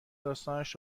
داستانش